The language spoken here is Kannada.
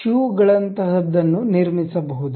ಶೂ ಗಳಂತಹದನ್ನು ನಿರ್ಮಿಸಬಹುದು